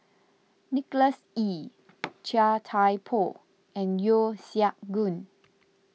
Nicholas Ee Chia Thye Poh and Yeo Siak Goon